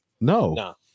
No